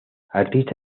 artista